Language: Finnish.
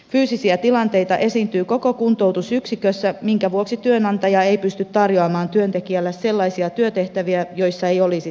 fyysisiä tilanteita esiintyy koko kuntoutusyksikössä minkä vuoksi työnantaja ei pysty tarjoamaan työntekijälle sellaisia työtehtäviä joissa ei olisi tätä riskiä